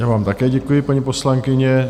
Já vám také děkuji, paní poslankyně.